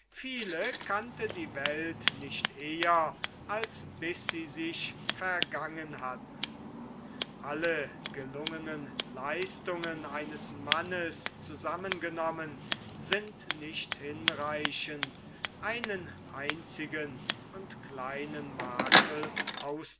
viele kannte die welt nicht eher als bis sie sich vergangen hatten alle gelungenen leistungen eines mannes zusammengenommen sind nicht hinreichend einen einzigen und kleinen makel